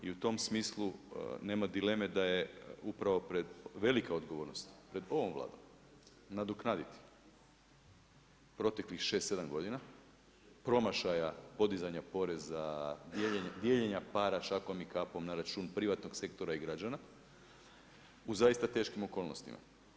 I u tom smislu nema dileme da je upravo velika odgovornost pred ovom Vladom nadoknaditi proteklih šest, sedam godina promašaja podizanja poreza, dijeljenja para šakom i kapom na račun privatnog sektora i građana u zaista teškim okolnostima.